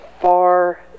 far